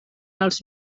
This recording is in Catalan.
els